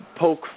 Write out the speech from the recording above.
poke